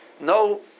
No